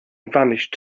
vanished